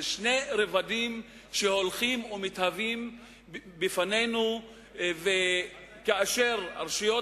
אלו שני רבדים שהולכים ומתהווים בפנינו כאשר הרשויות